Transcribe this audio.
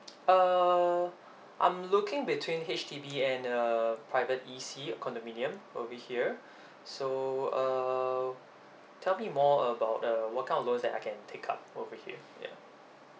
uh I'm looking between H_D_B and uh private E_C condominium will be here so uh tell me more about uh what kind of loans that I can take up over here ya